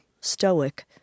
stoic